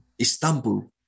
Istanbul